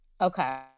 Okay